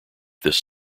this